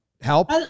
help